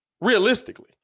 Realistically